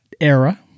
era